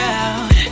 out